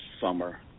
summer